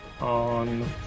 on